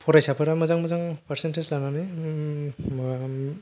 फरायसाफोरा मोजां मोजां पारसेनतेज लानानै